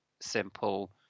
simple